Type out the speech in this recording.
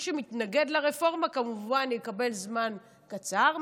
מי שמתנגד לרפורמה כמובן יקבל זמן קצר,